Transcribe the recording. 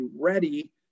ready